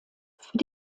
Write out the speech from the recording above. für